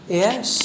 yes